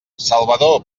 salvador